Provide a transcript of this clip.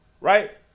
right